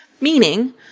meaning